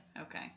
okay